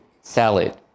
salad